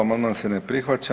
Amandman se ne prihvaća.